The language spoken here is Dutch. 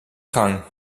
gang